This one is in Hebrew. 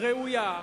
ראויה,